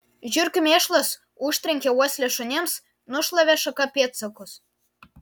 žiurkių mėšlas užtrenkė uoslę šunims nušlavė šaka pėdsakus